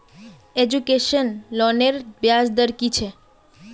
Education लोनेर ब्याज दर कि छे?